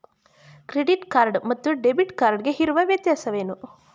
Credit card ಮತ್ತು debit card ಗೆ ಇರುವ ವ್ಯತ್ಯಾಸವೇನು?